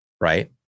right